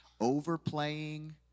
Overplaying